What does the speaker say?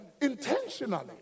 intentionally